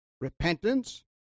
Repentance